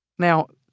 now,